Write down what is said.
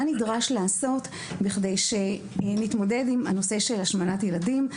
נדרש לעשות בכדי שנתמודד עם נושא השמנת ילדים.